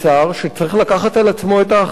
שצריך לקחת על עצמו את האחריות,